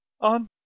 On